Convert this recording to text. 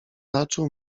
raczył